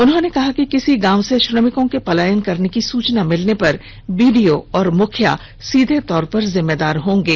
उन्होंने कहा कि किसी गांव से श्रमिकों के पलायन करने की सूचना मिलने पर बीडीओ और मुखिया सीधे जिम्मेवार होंगे